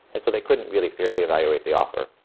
and they couldn't really fairly evaluate the offer.